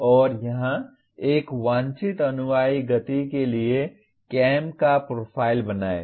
और यहां एक वांछित अनुयायी गति के लिए कैम का प्रोफाइल बनाएं